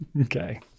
Okay